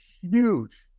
huge